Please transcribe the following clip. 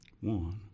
one